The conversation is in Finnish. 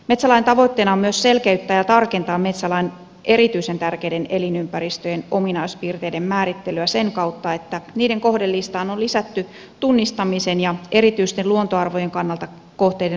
metsälain tavoitteena on myös selkeyttää ja tarkentaa metsälain erityisen tärkeiden elinympäristöjen ominaispiirteiden määrittelyä sen kautta että niiden kohdelistaan on lisätty tunnistamisen ja erityisten luontoarvojen kannalta kohteiden ominaispiirteitä